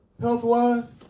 health-wise